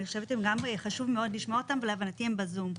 אני חושבת שגם חשוב מאוד לשמוע אותם ולהבנתי הם בזום,